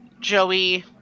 Joey